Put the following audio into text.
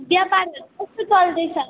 व्यापारहरू कस्तो चल्दैछ